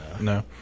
No